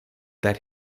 that